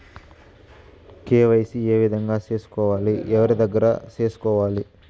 KYC ఏ విధంగా సేసుకోవాలి? ఎవరి దగ్గర సేసుకోవాలి?